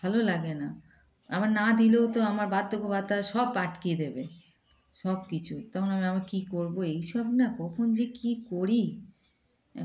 ভালো লাগে না আবার না দিলেও তো আমার বারধক্যবাত্তা সব আটকিয়ে দেবে সব কিছুই তখন আমি আমার কী করবো এইসব না কখন যে কী করি